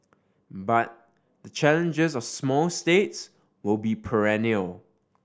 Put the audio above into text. but the challenges of small states will be perennial